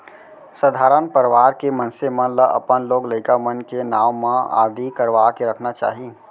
सधारन परवार के मनसे मन ल अपन लोग लइका मन के नांव म आरडी करवा के रखना चाही